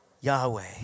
Yahweh